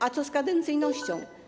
A co z kadencyjnością?